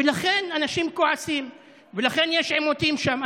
ולכן אנשים כועסים ולכן יש עימותים שם.